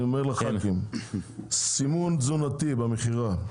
סימון תזונתי במכירה,